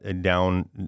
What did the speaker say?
down